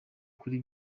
kuri